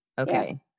Okay